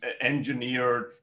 engineered